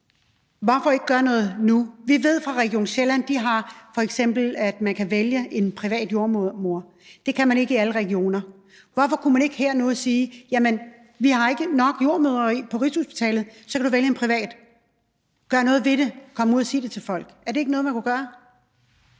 hvorfor ikke gøre noget nu? Vi ved fra Region Sjælland, at der kan man f.eks. vælge en privat jordemoder. Det kan man ikke i alle regioner. Hvorfor kunne man nu ikke her sige: Når vi ikke har nok jordemødre på Rigshospitalet, kan du vælge en privat? Altså, så gør man noget ved det og kommer ud og siger det til folk. Er det ikke noget, man kunne gøre?